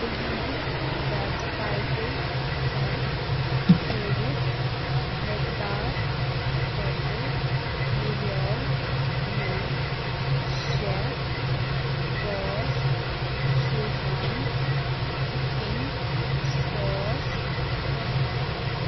تُہنٛزِ ویب سایٹہِ پٮ۪ٹھ ہٲیِتھ مٮ۪قدار کھۄتہٕ مِلٮ۪و مےٚ chef boss schezwan cooking sauce کم